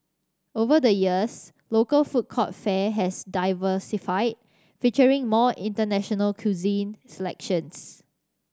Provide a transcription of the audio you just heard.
over the years local food court fare has diversified featuring more international cuisine selections